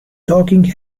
talking